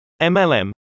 MLM